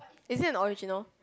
is it an original